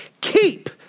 Keep